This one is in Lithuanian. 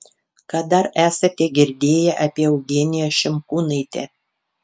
ką dar esate girdėję apie eugeniją šimkūnaitę